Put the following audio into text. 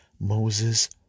Moses